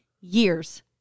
years